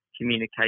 communicate